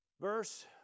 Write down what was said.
Verse